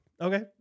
Okay